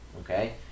okay